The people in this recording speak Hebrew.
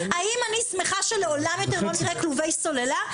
האם אני שמחה שלעולם לא נראה יותר כלובי סוללה?